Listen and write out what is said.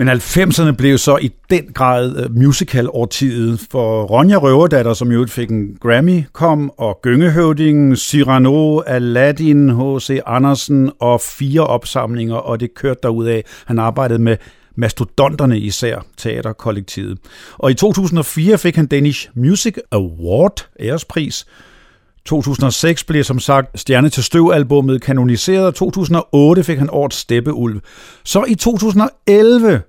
Men 90'erne blev så i den grad, øh, musical-årtiet for Ronja Røverdatter, som i øvrigt fik en Grammy, kom, og Gyngehøvdingen, Cyrano, Aladdin, H.C. Andersen og fire opsamlinger, og det kørte derudad. Han arbejdede med mastodonterne især, teaterkollektivet. Og i 2004 fik han Danish Music Award, ærespris. 2006 blev som sagt Stjerne til Støv-albummet kanoniseret. 2008 fik han årets Steppeulv. Så i 2011